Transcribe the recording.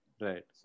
Right